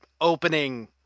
opening